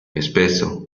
espeso